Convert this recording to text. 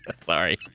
Sorry